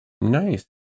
Nice